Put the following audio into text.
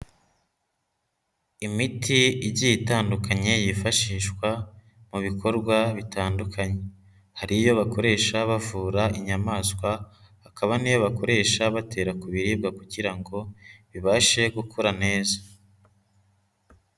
Imiti igiye itandukanye yifashishwa mu bikorwa bitandukanye, hari iyo bakoresha bavura inyamaswa, hakaba n'iyo bakoresha batera ku biribwa kugira ngo bibashe gukura neza.